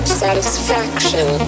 satisfaction